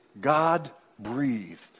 God-breathed